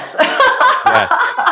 Yes